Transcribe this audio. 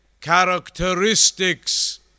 characteristics